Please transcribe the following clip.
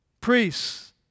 priests